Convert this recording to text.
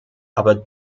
aber